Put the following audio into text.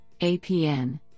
APN